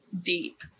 deep